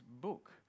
book